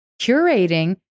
curating